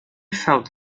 felt